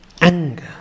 anger